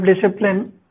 self-discipline